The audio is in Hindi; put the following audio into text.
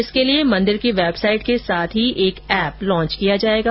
इसके लिए मंदिर की वेबसाइट के साथ ही एक एप लॉन्च किया जाएगा